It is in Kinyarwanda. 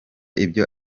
ibyo